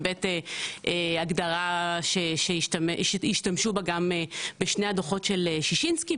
ו-ב' הגדרה שהשתמשו בה גם בשני הדו"חות של שישינסקי.